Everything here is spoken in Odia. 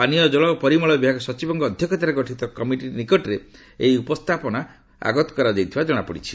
ପାନୀୟ ଜଳ ଓ ପରିମଳ ବିଭାଗ ସଚିବଙ୍କ ଅଧ୍ୟକ୍ଷତାରେ ଗଠିତ କମିଟି ନିକଟରେ ଏହି ଉପସ୍ଥାପନ ଆଗତ କରାଯାଇଥିବା ଜଣାପଡ଼ିଛି